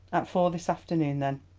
at four this afternoon, then.